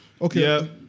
Okay